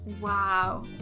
Wow